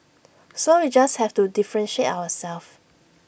so we just have to differentiate ourselves